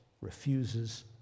refuses